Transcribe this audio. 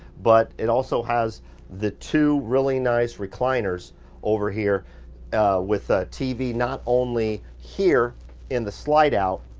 but it also has the two really nice recliners over here with a tv not only here in the slide-out,